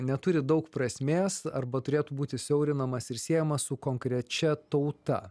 neturi daug prasmės arba turėtų būti siaurinamas ir siejamas su konkrečia tauta